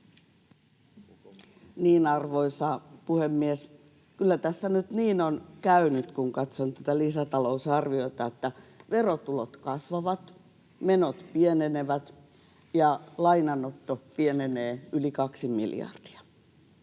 Arvoisa puhemies! Kyllä tässä nyt niin on käynyt, kun katson tätä lisätalousarviota, että verotulot kasvavat, menot pienenevät ja lainanotto pienenee yli kaksi miljardia.